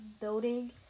building